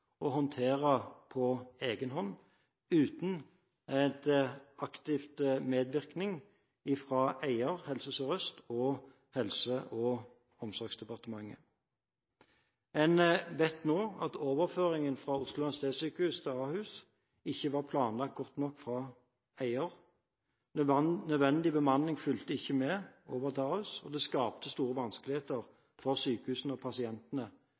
å håndtere på egen hånd uten en aktiv medvirkning fra eier, Helse Sør-Øst og Helse- og omsorgsdepartementet. En vet nå at overføringen fra Oslo universitetssykehus til Ahus ikke var planlagt godt nok fra eier. Nødvendig bemanning fulgte ikke med over til Ahus, og det skapte store vanskeligheter for sykehuset og pasientene,